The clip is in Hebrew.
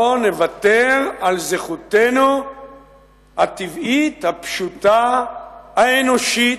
לא נוותר על זכותנו הטבעית, הפשוטה, האנושית,